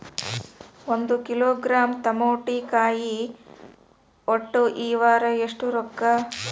ಒಂದ್ ಕಿಲೋಗ್ರಾಂ ತಮಾಟಿಕಾಯಿ ಒಟ್ಟ ಈ ವಾರ ಎಷ್ಟ ರೊಕ್ಕಾ?